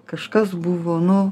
kažkas buvo nu